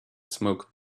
smoke